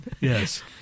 Yes